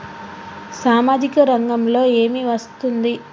సామాజిక రంగంలో ఏమి వస్తుంది?